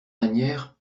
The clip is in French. manières